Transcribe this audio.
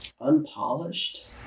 unpolished